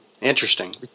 Interesting